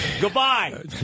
Goodbye